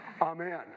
Amen